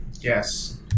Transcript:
yes